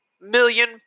million